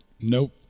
nope